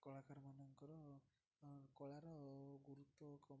କଳାକାରମାନଙ୍କର କଳାର ଗୁରୁତ୍ୱ କ